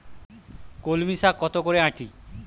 কলমি শাখ কত করে আঁটি?